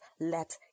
let